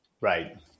Right